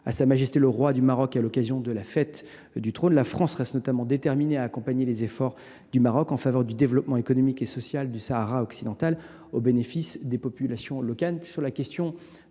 à Sa Majesté le roi du Maroc à l’occasion de la Fête du Trône, la France reste déterminée à accompagner les efforts du Maroc en faveur du développement économique et social du Sahara occidental, au bénéfice des populations locales.